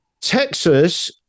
Texas